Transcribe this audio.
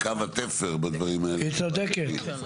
כן, קו התפר בדברים האלה, נכון.